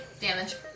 damage